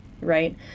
Right